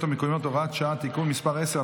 המקומיות (הוראת שעה) (תיקון מס' 10),